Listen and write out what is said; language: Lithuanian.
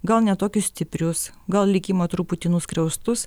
gal ne tokius stiprius gal likimo truputį nuskriaustus